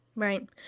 Right